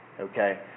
Okay